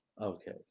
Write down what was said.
okay